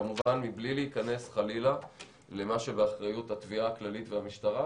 כמובן מבלי להיכנס חלילה למה שבאחריות התביעה הכללית והמשטרה,